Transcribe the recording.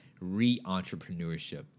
re-entrepreneurship